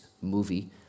movie